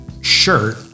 shirt